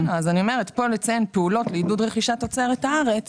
אולי נתנהג קצת אחרת.